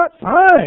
fine